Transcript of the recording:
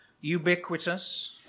ubiquitous